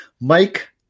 Mike